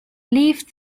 leafed